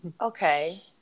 okay